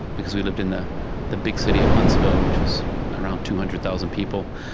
because we lived in the the big city of huntsville, which was around two hundred thousand people,